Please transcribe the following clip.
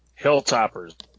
Hilltoppers